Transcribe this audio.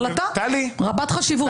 החלטה רבת חשיבות,